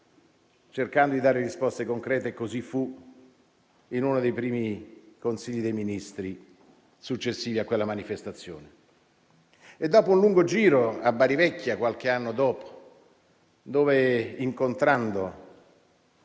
cercando poi di dare risposte concrete e così fu in uno dei primi Consigli dei ministri successivi a quella manifestazione. E ricordo un lungo giro a Bari vecchia, qualche anno dopo, dove incontrando